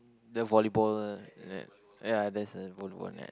the volleyball ya there's a volleyball net